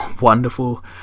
wonderful